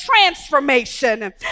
transformation